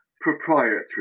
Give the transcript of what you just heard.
proprietary